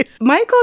Michael